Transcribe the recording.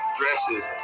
dresses